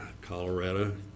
Colorado